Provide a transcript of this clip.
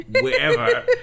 wherever